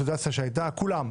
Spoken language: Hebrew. כולם.